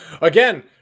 Again